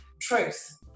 truth